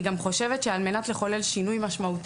אני גם חושבת שעל מנת לחולל שינוי משמעותי